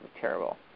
terrible